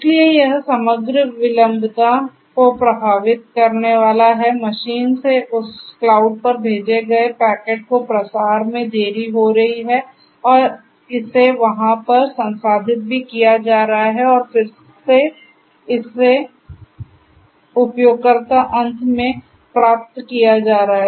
इसलिए यह समग्र विलंबता को प्रभावित करने वाला है मशीन से उस क्लाउड में भेजे गए पैकेट के प्रसार में देरी हो रही है और इसे वहां पर संसाधित भी किया जा रहा है और फिर इसे फिर से उपयोगकर्ता अंत मैं प्राप्त किया जा रहा है